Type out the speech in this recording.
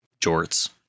jorts